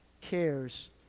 cares